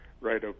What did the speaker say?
right